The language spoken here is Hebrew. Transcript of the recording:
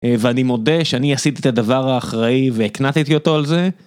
ואני מודה שאני עשיתי את הדבר האחראי והקנטתי אותו על זה.